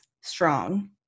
strong